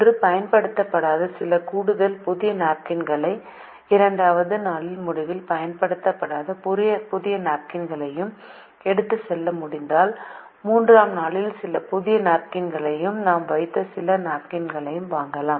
ஒன்று பயன்படுத்தப்படாத சில கூடுதல் புதிய நாப்கின்களையும் இரண்டாவது நாளின் முடிவில் பயன்படுத்தப்படாத புதிய நாப்கின்களையும் எடுத்துச் செல்ல முடிந்தால் மூன்றாம் நாளில் சில புதிய நாப்கின்களையும் நாம் வைத்த சில நாப்கின்களையும் வாங்கலாம்